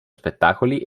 spettacoli